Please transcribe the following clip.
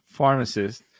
pharmacist